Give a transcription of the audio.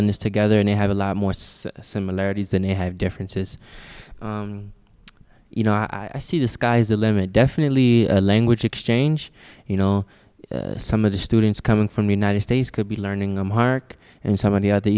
in this together and they have a lot more so similarities than they have differences you know i see the sky's the limit definitely a language exchange you know some of the students coming from united states could be learning a mark and so many of the